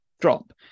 drop